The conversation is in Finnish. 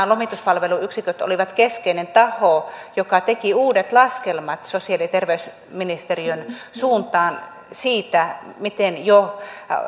lomituspalveluyksiköt olivat keskeinen taho joka teki uudet laskelmat sosiaali ja terveysministeriön suuntaan siitä miten jo